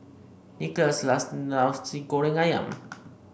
Nickolas loves Nasi Goreng ayam